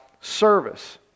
service